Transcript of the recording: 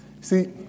See